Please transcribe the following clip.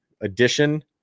edition